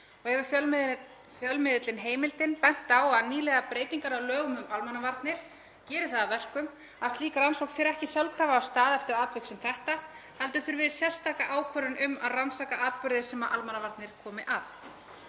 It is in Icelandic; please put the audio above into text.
og hefur fjölmiðillinn Heimildin bent á að nýlegar breytingar á lögum um almannavarnir geri það að verkum að slík rannsókn fer ekki sjálfkrafa af stað eftir atvik sem þetta heldur þurfi sérstaka ákvörðun um að rannsaka atburði sem almannavarnir komi að.